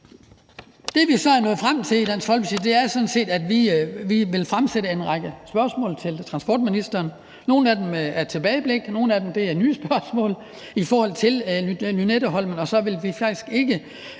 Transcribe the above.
Det, vi så er nået frem til i Dansk Folkeparti, er sådan set, at vi vil stille en række spørgsmål til transportministeren. Nogle af dem er bagudrettede, mens andre er nye spørgsmål i forhold til Lynetteholmen. Så vi vil faktisk ikke